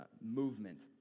Movement